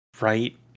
Right